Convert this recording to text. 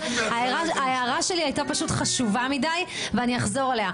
ההערה שלי היתה חשובה מדי, ואחזור עליה.